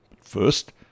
First